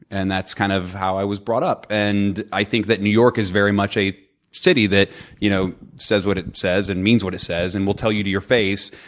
and that's kind of how i was brought up. and i think that new york is very much a city that you know says what it says and means what it says and will tell you to your face.